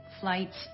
flights